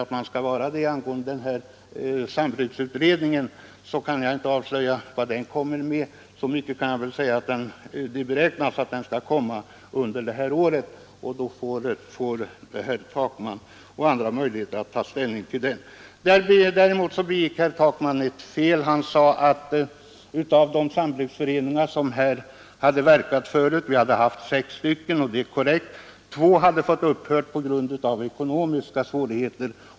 Jag kan emellertid inte avslöja vad den utredningen kommer att leda till, men jag kan säga så mycket som att det beräknas att den skall lägga fram sitt betänkande under detta år. När så sker får alltså herr Takman och andra möjlighet att ta ställning till dess resultat. Jag vill påpeka att herr Takman begick ett fel. Han sade att av de sambruksföreningar som tidigare hade verkat — vi har haft sex, och det är korrekt — två hade fått upphöra på grund av ekonomiska svårigheter.